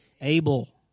Abel